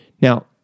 Now